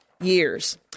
years